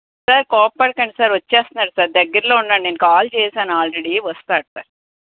sir కోప్పడకండి sir వచ్చేస్తాడు sir దగ్గరలో ఉన్నాడు నేను కాల్ చేశాను ఆల్రెడీ వస్తాడు సార్